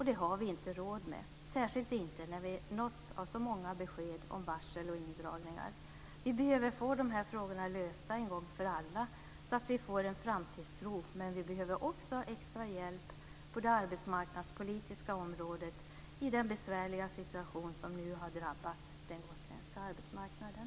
Det har vi inte råd med, särskilt inte när vi har nåtts av många besked om varsel och indragningar. Vi behöver få de här frågorna lösta en gång för alla så att vi får en framtidstro, men vi behöver också extra hjälp på det arbetsmarknadspolitiska området i den besvärliga situation som nu har drabbat den gotländska arbetsmarknaden.